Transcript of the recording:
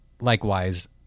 likewise